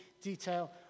detail